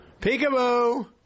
Peekaboo